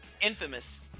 Infamous